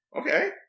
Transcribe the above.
Okay